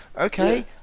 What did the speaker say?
Okay